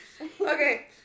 Okay